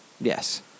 Yes